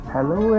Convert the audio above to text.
Hello